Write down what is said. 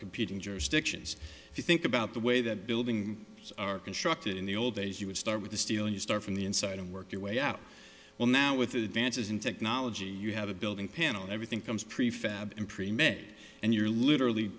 competing jurisdictions if you think about the way that building are constructed in the old days you would start with the steel you start from the inside and work your way out well now with advances in technology you have a building panel everything comes prefab in premed and you're literally